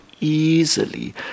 easily